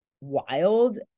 wild